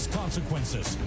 consequences